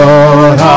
Lord